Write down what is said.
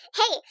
hey